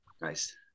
Nice